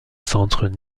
centres